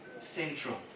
central